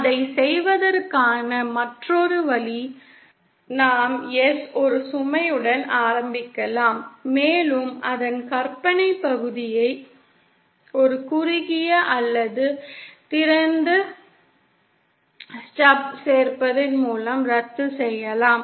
அதைச் செய்வதற்கான மற்றொரு வழி நாம் ஒரு சுமையுடன் ஆரம்பிக்கலாம் மேலும் அதன் கற்பனை பகுதியை ஒரு குறுகிய அல்லது திறந்து ஸ்டப் சேர்ப்பதன் மூலம் ரத்து செய்யலாம்